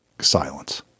silence